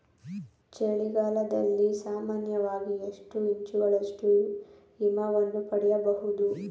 ಚಳಿಗಾಲದಲ್ಲಿ ಸಾಮಾನ್ಯವಾಗಿ ಎಷ್ಟು ಇಂಚುಗಳಷ್ಟು ಹಿಮವನ್ನು ಪಡೆಯಬಹುದು?